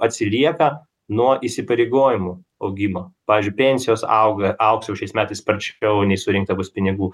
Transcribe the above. atsilieka nuo įsipareigojimų augimo pavyzdžiui pensijos auga augs jaušiais metais sparčiau nei surinkta bus pinigų